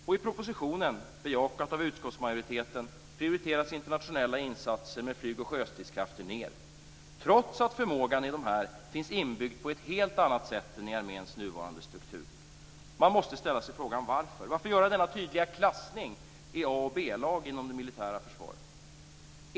Och i propositionen - bejakad av utskottsmajoriteten - prioriteras internationella insatser med flyg och sjöstridskrafter ned, trots att förmågan i dessa finns inbyggd på ett helt annat sätt än i arméns nuvarande struktur. Man måste ställa sig frågan: Varför? Varför göra denna tydliga klassning i A och B-lag inom det militära försvaret?